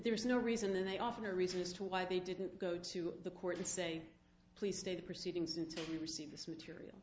there is no reason and they often a reason as to why they didn't go to the court and say please stay the proceedings until you receive this material